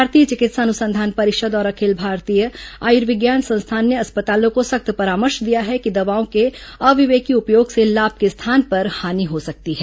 भारतीय चिकित्सा अनुसंधान परिषद और अखिल भारतीय आयुर्विज्ञान संस्थान ने अस्पतालों को सख्त परामर्श दिया है कि दवाओं के अविवेकी उपयोग से लाभ के स्थान पर हानि हो सकती है